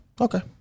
Okay